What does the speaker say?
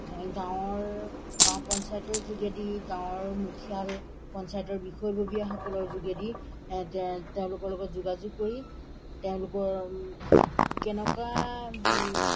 গাঁৱৰ গাঁও পঞ্চায়তৰ যোগেদি গাঁৱৰ মুখীয়াল পঞ্চায়তৰ বিষয়ববীয়াসকলৰ যোগেদি তে তেওঁলোকৰ লগত যোগাযোগ কৰি তেওঁলোকৰ কেনেকুৱা